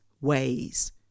ways